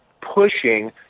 pushing